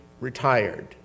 retired